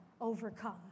overcome